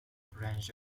branch